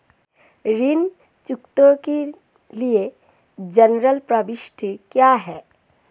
ऋण चुकौती के लिए जनरल प्रविष्टि क्या है?